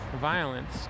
violence